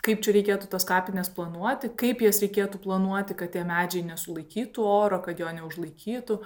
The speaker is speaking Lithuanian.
kaip čia reikėtų tas kapinės planuoti kaip jas reikėtų planuoti kad tie medžiai nesulaikytų oro kad jo neužlaikytų